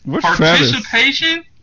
Participation